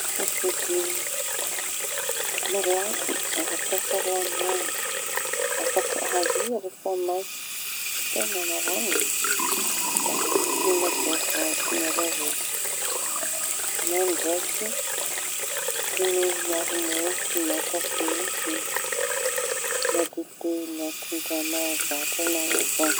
Safidy malaky ara-pahasalama afaky ahia rehefa maika teña maraiña. Da mihiña voankazo miaro iaorta na ndraiky roñono miaro mofo na kafe na dite mianki raha mahazatra añao avao.